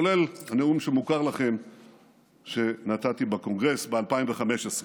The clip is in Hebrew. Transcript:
כולל הנאום שמוכר לכם שנתתי בקונגרס ב-2015.